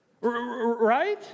Right